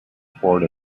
port